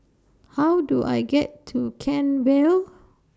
How Do I get to Kent Vale